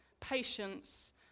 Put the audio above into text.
patience